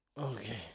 Okay